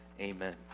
Amen